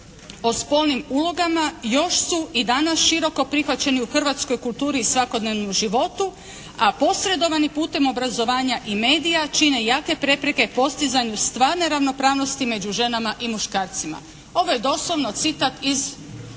o spolnim ulogama još i danas široko prihvaćeni u hrvatskoj kulturi i svakodnevnom životu a posredovanim putem obrazovanja i medija čine jake prepreke postizanju stvarne ravnopravnosti među ženama u muškarcima." Ovo je doslovno citat iz